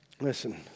listen